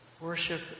worship